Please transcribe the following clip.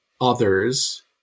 others